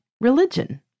religion